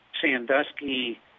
Sandusky